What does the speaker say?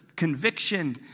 Conviction